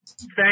Thank